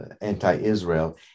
anti-Israel